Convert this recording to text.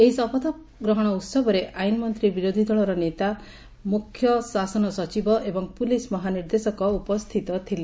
ଏହି ଶପଥଗ୍ରହଣ ଉହବରେ ଆଇନ୍ମନ୍ତୀ ବିରୋଧିଦଳର ନେତା ମୁଖ୍ୟ ଶାସନ ସଚିବ ଏବଂ ପୁଲିସ୍ ମହାନିର୍ଦ୍ଦେଶକ ଉପସ୍ତିତ ଥିଲେ